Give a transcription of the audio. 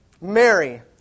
Mary